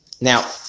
Now